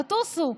תטוסו,